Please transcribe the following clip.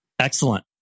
Excellent